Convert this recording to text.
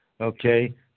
okay